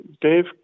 Dave